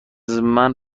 زمین